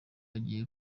agiye